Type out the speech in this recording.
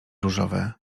różowe